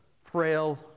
frail